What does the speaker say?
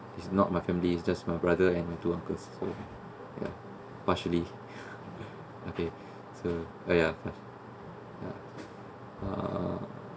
it's not my family is just my brother and two uncles so ya partially okay so ah ya uh